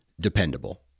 dependable